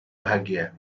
bahagia